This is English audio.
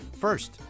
First